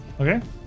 Okay